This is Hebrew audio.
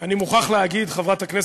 אני מוכרח להגיד לכם לפני שאני אמסור